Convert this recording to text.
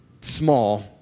small